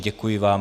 Děkuji vám.